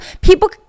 people